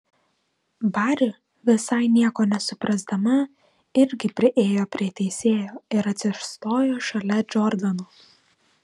bari visai nieko nesuprasdama irgi priėjo prie teisėjo ir atsistojo šalia džordano